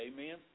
amen